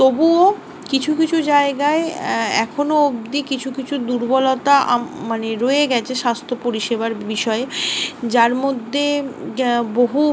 তবুও কিছু কিছু জায়গায় এখনো অব্দি কিছু কিছু দুর্বলতা মানে রয়ে গেছে স্বাস্থ্য পরিষেবার বিষয়ে যার মধ্যে বহু